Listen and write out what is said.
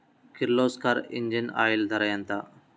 Kirloskar engine oil ధర ఎంత?